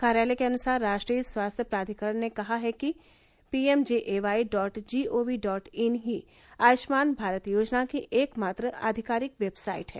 कार्यालय के अनुसार राष्ट्रीय स्वास्थ्य प्राधिकरण ने कहा है कि PMJAY dot gov dot in ही आयुष्मान भारत योजना की एकमात्र आधिकारिक वेबसाइट है